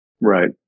right